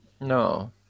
No